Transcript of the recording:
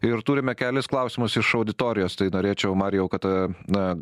ir turime kelis klausimus iš auditorijos tai norėčiau marijau kad a na